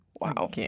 Wow